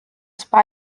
spy